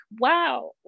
wow